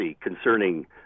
concerning